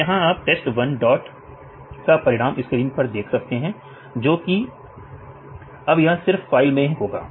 तो यहां आप test one dot का परिणाम स्क्रीन पर देख सकते हैं जो कि अब यह सिर्फ फाइल में होगा